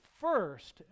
first